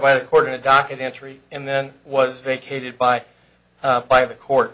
by the court in a documentary and then was vacated by by the court